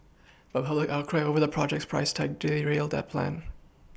but a public outcry over the project's price tag derailed that plan